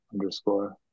underscore